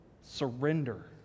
Surrender